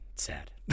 Sad